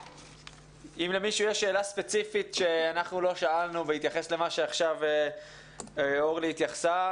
אם למישהו יש שאלה ספציפית שלא שאלנו בהתייחס למה שאורלי אמרה עכשיו,